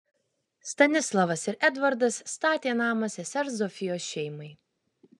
stanislavas ir edvardas statė namą sesers zofijos šeimai